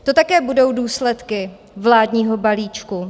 To také budou důsledky vládního balíčku.